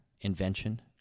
Invention